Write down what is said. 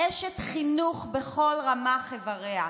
אשת חינוך בכל רמ"ח אבריה,